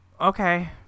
okay